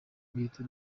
bwite